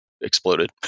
exploded